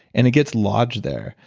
and it gets lodged there.